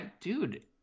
dude